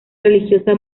religiosa